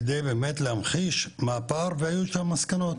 כדי באמת להמחיש מה הפער והיו שם מסקנות